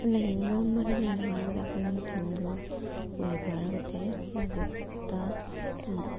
ꯂꯥꯏꯅꯤꯡꯒ ꯃꯔꯤ ꯂꯩꯅꯕ ꯍꯥꯏꯔꯒꯗꯤ ꯑꯩꯈꯣꯏ ꯃꯨꯁꯂꯤꯝꯒꯤ ꯑꯣꯏꯕ ꯍꯥꯏꯔꯒꯗꯤ ꯃꯁꯖꯤꯠꯇ